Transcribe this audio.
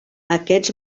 aquests